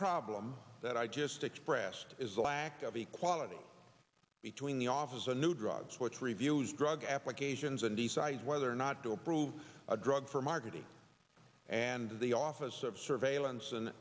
problem that i just expressed is the lack of equality between the office a new drug which reviews drug applications and decides whether or not to approve a drug for marketing and the office of surveillance and